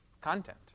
content